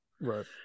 Right